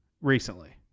recently